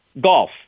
golf